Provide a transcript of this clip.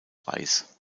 weiß